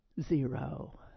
zero